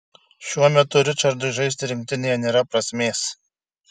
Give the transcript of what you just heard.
šiuo metu ričardui žaisti rinktinėje nėra prasmės